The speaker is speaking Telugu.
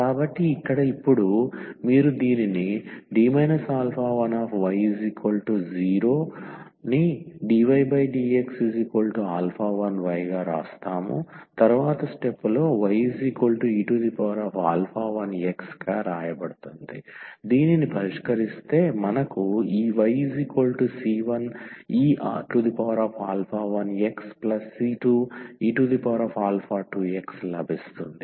కాబట్టి ఇక్కడ ఇప్పుడు మీరు దీనిని y0⟹dydx1y⟹ye1x పరిష్కరిస్తే మనకు ఈ yc1e1xc2e2x లభిస్తుంది